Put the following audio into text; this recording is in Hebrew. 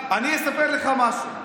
אני אספר לך משהו.